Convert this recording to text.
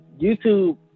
YouTube